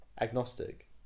Agnostic